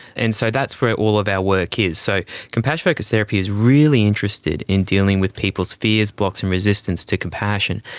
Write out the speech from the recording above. and so that's where all of our work is. so compassionate focused therapy is really interested in dealing with people's fears, blocks and resistance to compassion,